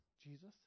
Jesus